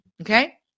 okay